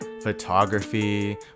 photography